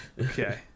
Okay